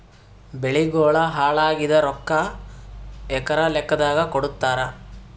ಬೆಳಿಗೋಳ ಹಾಳಾಗಿದ ರೊಕ್ಕಾ ಎಕರ ಲೆಕ್ಕಾದಾಗ ಕೊಡುತ್ತಾರ?